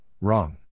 wrong